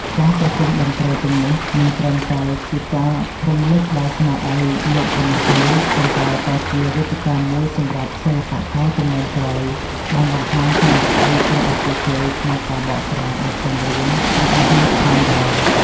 ការប្រគុំតន្ត្រីទាំងនេះមិនត្រឹមតែជាការរំលឹកដល់ស្នាដៃលោកប៉ុណ្ណោះទេ ប៉ុន្តែក៏ជាវេទិកាមួយសម្រាប់សិល្បករជំនាន់ក្រោយបានបង្ហាញសមត្ថភាពរបស់ពួកគេក្នុងការបកស្រាយបទចម្រៀងរបស់លោកផងដែរ ។